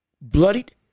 bloodied